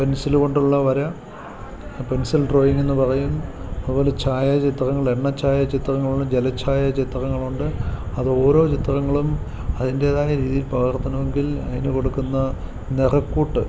pencil കൊണ്ടുള്ള വര pencil ഡ്രോയിങ്ങെന്നു പറയും അതുപോലെ ഛായാചിത്രങ്ങള് എണ്ണച്ചായാചിത്രങ്ങളുണ്ട് ജലച്ചായചിത്രങ്ങളുണ്ട് അത് ഒരോ ചിത്രങ്ങളും അതിൻറ്റേതായ രീതിയില് പകർത്തണമെങ്കിൽ അതിനു കൊടുക്കുന്ന നിറക്കൂട്ട്